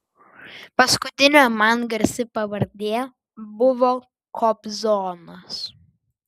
paskutinė man garsi pavardė buvo kobzonas